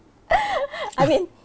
I mean